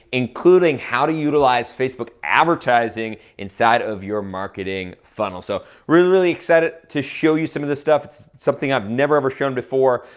including how to utilize facebook advertising inside of your marketing funnel. so really, really excited to show you some of the stuff, it's something i've never ever shown before,